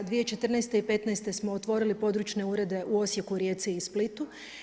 2014. i 2015. smo otvorili područne urede u Osijeku, Rijeci i Splitu.